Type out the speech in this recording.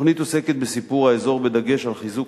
התוכנית עוסקת בסיפור האזור בדגש על חיזוק